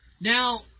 Now